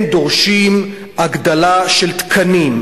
הם דורשים הגדלה של תקנים,